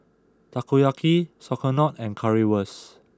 Takoyaki Sauerkraut and Currywurst